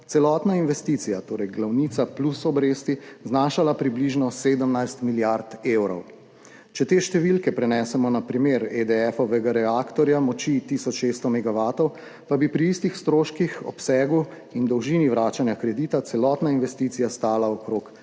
celotna investicija, torej glavnica plus obresti, znašala približno 17 milijard evrov. Če te številke prenesemo na primer reaktorja EDF moči tisoč 600 megavatov, pa bi pri istih stroških, obsegu in dolžini vračanja kredita celotna investicija stala okrog 24